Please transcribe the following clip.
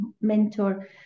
mentor